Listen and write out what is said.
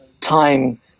time